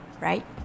right